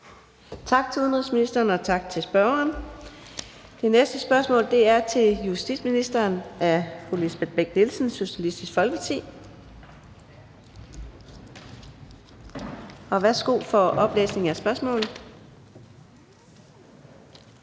Tak til udenrigsministeren, og tak til spørgeren. Det næste spørgsmål er til justitsministeren af fru Lisbeth Bech-Nielsen, Socialistisk Folkeparti. Kl. 13:32 Spm.